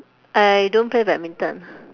I don't play badminton